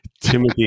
Timothy